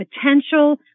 potential